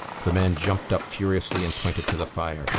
the man jumped up furiously and pointed to the fire.